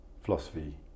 philosophy